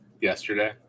Yesterday